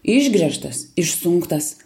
išgręžtas išsunktas